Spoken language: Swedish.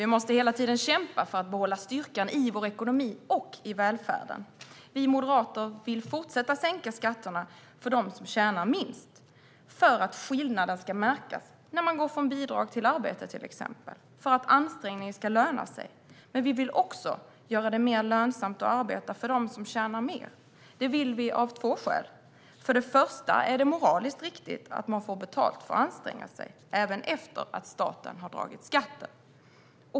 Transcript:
Vi måste hela tiden kämpa för att behålla styrkan i vår ekonomi och i välfärden. Vi moderater vill fortsätta sänka skatterna för dem som tjänar minst för att skillnaden ska märkas när man går från bidrag till arbete, till exempel, och för att ansträngningen ska löna sig. Men vi vill också göra det mer lönsamt att arbeta för dem som tjänar mer. Det vill vi av två skäl. För det första är det moraliskt riktigt att man får betalt för att anstränga sig, även efter att staten har dragit skatten.